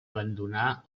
abandonar